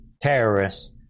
terrorists